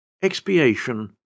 Expiation